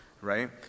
Right